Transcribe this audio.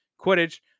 quidditch